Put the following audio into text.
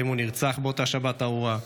האם הוא נרצח באותה שבת ארורה?